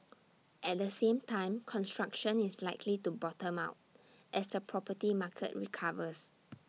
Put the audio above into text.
at the same time construction is likely to bottom out as the property market recovers